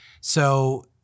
So-